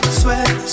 sweat